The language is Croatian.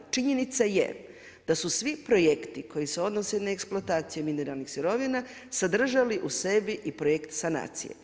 Činjenica je da su svi projekti koji se odnose na eksploataciju mineralnih sirovina sadržali u sebi i projekt sanacije.